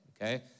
Okay